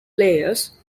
players